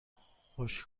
خوش